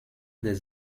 des